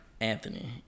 Anthony